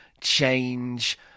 change